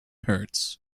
hurts